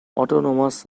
autonomous